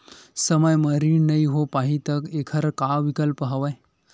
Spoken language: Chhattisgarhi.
समय म ऋण नइ हो पाहि त एखर का विकल्प हवय?